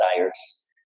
desires